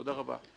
תודה רבה.